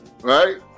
Right